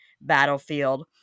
battlefield